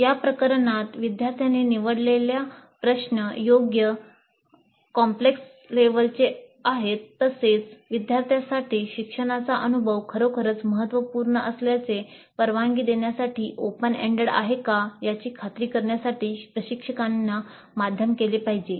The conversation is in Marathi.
या प्रकरणात विद्यार्थ्यांनी निवडलेले प्रश्न योग्य complex level तसेच विद्यार्थ्यांसाठी शिक्षणाचा अनुभव खरोखरच महत्त्वपूर्ण असल्याचे परवानगी देण्यासाठी ओपन एंडेड आहे का याची खात्री करण्यासाठी प्रशिक्षकांना माध्यम केले पाहिजे